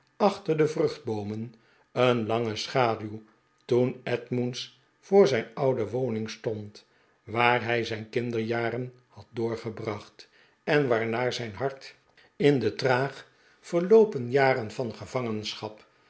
achter de vruchtboomen een lange schaduw toen edmunds voor zijn oude woning stond waar hij zijn kinder jaren had doorgebracht en waarnaar zijn hart in de traag verloopen jaren van